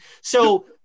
so-